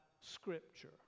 Scripture